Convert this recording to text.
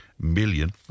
million